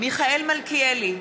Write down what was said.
מיכאל מלכיאלי,